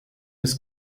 des